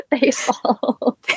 baseball